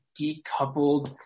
decoupled